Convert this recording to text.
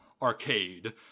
arcade